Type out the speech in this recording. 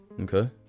Okay